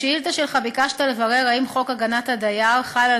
בשאילתה שלך ביקשת לברר אם חוק הגנת הדייר חל על